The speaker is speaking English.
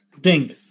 Ding